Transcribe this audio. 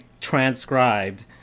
transcribed